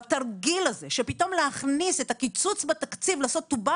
בתרגיל הזה שפתאום להכניס את הקיצוץ בתקציב ולעשות balance